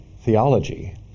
theology